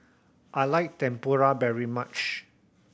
I like Tempura very much